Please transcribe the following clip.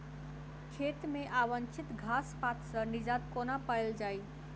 खेत मे अवांछित घास पात सऽ निजात कोना पाइल जाइ?